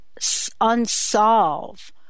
unsolve